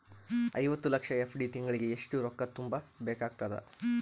ಐವತ್ತು ಲಕ್ಷ ಎಫ್.ಡಿ ಗೆ ತಿಂಗಳಿಗೆ ಎಷ್ಟು ರೊಕ್ಕ ತುಂಬಾ ಬೇಕಾಗತದ?